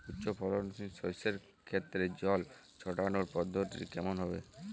উচ্চফলনশীল শস্যের ক্ষেত্রে জল ছেটানোর পদ্ধতিটি কমন হবে?